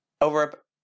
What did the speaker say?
over